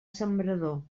sembrador